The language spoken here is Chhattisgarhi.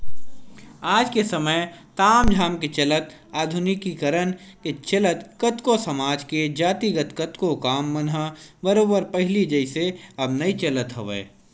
आज के समे ताम झाम के चलत आधुनिकीकरन के चलत कतको समाज के जातिगत कतको काम मन ह बरोबर पहिली जइसे अब नइ चलत हवय